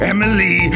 Emily